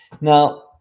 Now